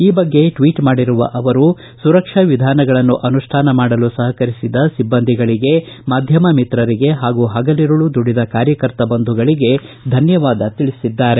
ಈ ಬಗ್ಗೆ ಟ್ವೀಟ್ ಮಾಡಿರುವ ಅವರು ಸುರಕ್ಷಾ ವಿಧಾನಗಳನ್ನು ಅನುಷ್ಠಾನ ಮಾಡಲು ಸಹಕರಿಸಿದ ಸಿಬ್ಬಂದಿಗಳಗೆ ಮಾಧ್ಯಮ ಮಿತ್ರಂಗೆ ಹಾಗೂ ಹಗಲಿರುಳು ದುಡಿದ ಕಾರ್ಯಕರ್ತ ಬಂಧುಗಳಿಗೆ ಧನ್ಯವಾದಗಳನ್ನು ತಿಳಿಸಿದ್ದಾರೆ